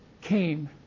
came